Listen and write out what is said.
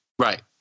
Right